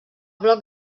bloc